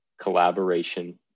collaboration